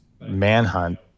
manhunt